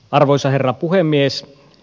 arvoisa herra puhemies